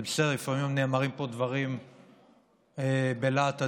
זה בסדר, לפעמים נאמרים פה דברים בלהט הדיון,